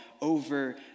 over